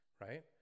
right